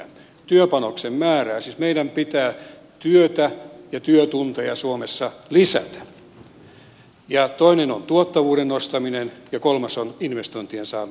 ensimmäinen on työpanoksen määrä siis meidän pitää työtä ja työtunteja suomessa lisätä toinen on tuottavuuden nostaminen ja kolmas on investointien saaminen tänne suomeen